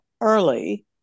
early